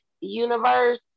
universe